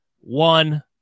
one